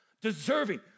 deserving